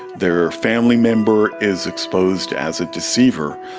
their family member is exposed as a deceiver.